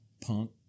Punk